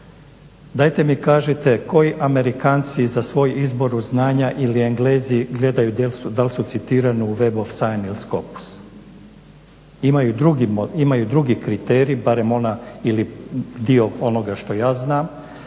Dajte mi kažite koji Amerikanci za svoj izbor u znanja ili Englezi gledaju dal su citirani u …. Imaju drugi kriterij, barem ona ili dio onoga što ja znam,